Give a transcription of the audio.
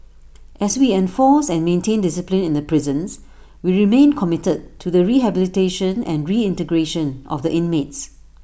as we enforced and maintained discipline in the prisons we remain committed to the rehabilitation and reintegration of the inmates